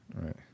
Right